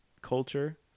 culture